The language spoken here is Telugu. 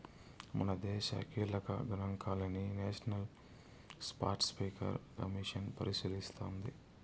మనదేశ కీలక గనాంకాలని నేషనల్ స్పాటస్పీకర్ కమిసన్ పరిశీలిస్తోంది